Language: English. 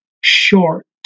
short